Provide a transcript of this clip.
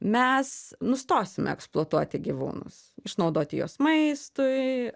mes nustosime eksploatuoti gyvūnus išnaudoti juos maistui